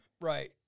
Right